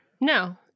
No